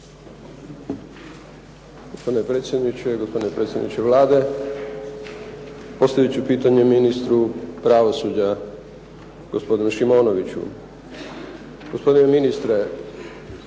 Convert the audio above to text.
Gospodine predsjedniče, gospodine predsjedniče Vlade postavit ću pitanje ministru pravosuđa gospodinu Šimonoviću. Gospodine ministre,